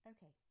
Okay